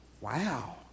Wow